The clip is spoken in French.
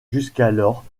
jusqu’alors